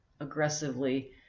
aggressively